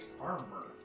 armor